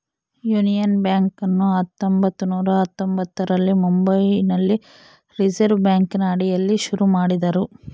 union ಬ್ಯಾಂಕನ್ನು ಹತ್ತೊಂಭತ್ತು ನೂರ ಹತ್ತೊಂಭತ್ತರಲ್ಲಿ ಮುಂಬೈನಲ್ಲಿ ರಿಸೆರ್ವೆ ಬ್ಯಾಂಕಿನ ಅಡಿಯಲ್ಲಿ ಶುರು ಮಾಡಿದರು